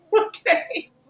Okay